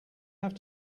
have